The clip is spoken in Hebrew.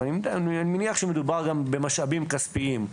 אני מניח שמדובר גם במשאבים כספיים,